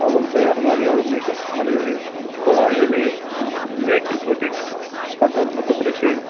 ಅವ್ರ್ನ ತಯಾರಿ ಮಾಡಿ ಅವ್ರ್ನ ಯಶಸ್ಸು ಮಾಡದ್ರಲ್ಲಿ ಕೋಲಾರದಲ್ಲಿ ವಿವೇಕ್ ಇನ್ಫೋಟೆಕ್ ಸ್ಪರ್ಧಾತ್ಮಕ ಪರೀಕ್ಷೆ